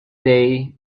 day